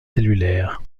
cellulaire